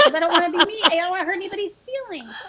i don't wanna um um yeah ah wanna hurt anybody's feeling.